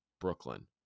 brooklyn